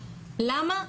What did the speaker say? למה?